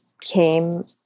came